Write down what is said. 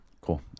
Cool